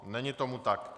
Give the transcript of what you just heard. Není tomu tak.